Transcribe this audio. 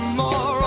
more